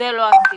אבל זה לא הסיפור.